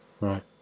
right